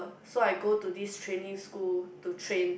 so I go to this training school to train